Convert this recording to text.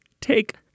Take